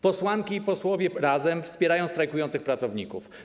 Posłanki i posłowie Razem wspierają strajkujących pracowników.